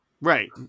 Right